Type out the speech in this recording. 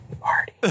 party